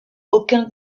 aucun